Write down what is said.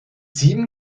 sieben